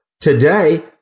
today